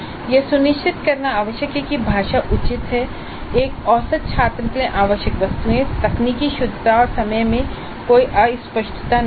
यह सुनिश्चित करना आवश्यक है कि भाषा उचित है एक औसत छात्र के लिए आवश्यक वस्तुओं तकनीकी शुद्धता और समय में कोई अस्पष्टता नहीं है